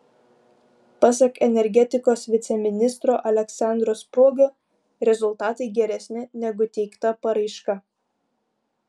pasak energetikos viceministro aleksandro spruogio rezultatai geresni negu teikta paraiška